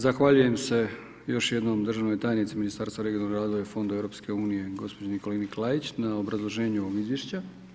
Zahvaljujem se još jednom državnoj tajnici u Ministarstvu regionalnog razvoja i fondova EU gospođi Nikolini Klaić na obrazloženju ovog izvješća.